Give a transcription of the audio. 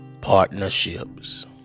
partnerships